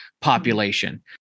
population